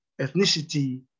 ethnicity